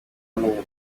bamenye